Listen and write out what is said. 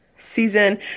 season